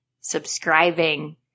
subscribing